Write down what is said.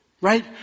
right